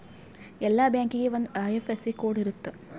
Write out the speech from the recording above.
ಎಲ್ಲಾ ಬ್ಯಾಂಕಿಗೆ ಒಂದ್ ಐ.ಎಫ್.ಎಸ್.ಸಿ ಕೋಡ್ ಇರುತ್ತ